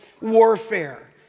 warfare